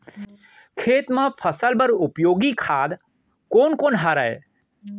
खेत म फसल बर उपयोगी खाद कोन कोन हरय?